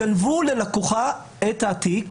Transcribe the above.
גנבו ללקוחה את התיק,